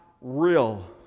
real